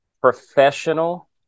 professional